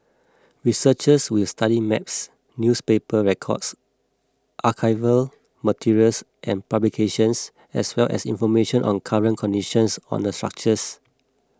researchers will study maps newspaper records archival materials and publications as well as information on current conditions on the structures